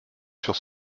sur